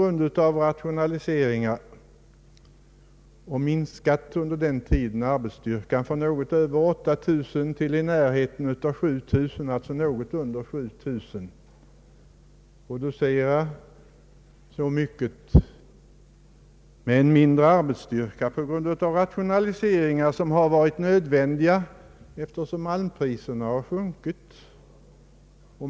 Under den tiden har arbetsstyr kan minskat från något över 8 000 till något under 7000 man. Man producerar alltså så mycket mer med en mindre arbetsstyrka tack vare rationaliseringar, som varit nödvändiga eftersom malmpriserna sjunkit.